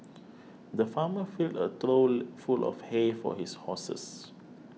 the farmer filled a trough full of hay for his horses